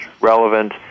relevant